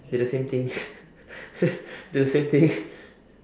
they're the same thing they're same thing